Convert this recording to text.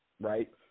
right